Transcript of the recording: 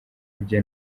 bye